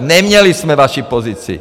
Neměli jsme vaši pozici!